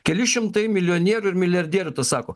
keli šimtai milijonierių ir miljardierių tą sako